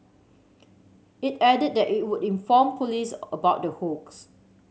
it added that it would inform police about the hoax